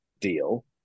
deal